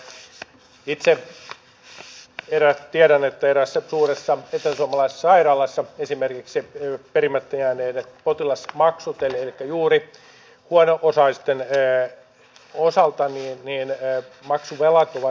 itse tiedän että eräässä suuressa eteläsuomalaisessa sairaalassa esimerkiksi perimättä jääneet potilasmaksut elikkä juuri huono osaisten osalta maksuvelat ovat kolminkertaistuneet viimeisen kolmen vuoden aikana